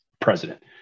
president